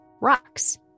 rocks